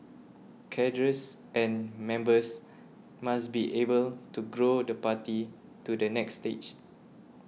cadres and members must be able to grow the party to the next stage